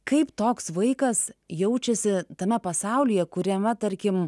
kaip toks vaikas jaučiasi tame pasaulyje kuriame tarkim